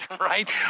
right